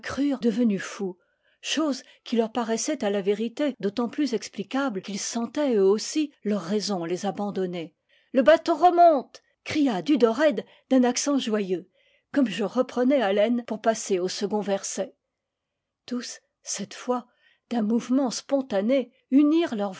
devenu fou chose qui leur paraissait à la vérité d'autant plus explicable qu'ils sentaient eux aussi leur rai son les abandonner le bateau remonte cria dudored d'un accent joyeux comme je reprenais haleine pour passer au second verset tous cette fois d'un mouvement spontané unirent